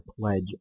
pledge